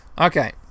Okay